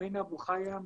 אמין אבו חייה,